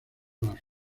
las